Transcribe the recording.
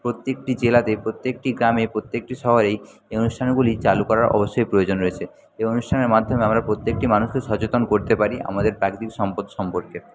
প্রত্যেকটি জেলাতেই প্রত্যেকটি গ্রামে প্রত্যেকটি শহরেই এই অনুষ্ঠানগুলি চালু করার অবশ্যই প্রয়োজন রয়েছে এবং এই অনুষ্ঠানের মাধ্যমে আমরা প্রত্যেকটি মানুষকে সচেতন করতে পারি আমাদের প্রাকৃতিক সম্পদ সম্পর্কে